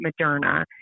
Moderna